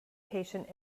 patient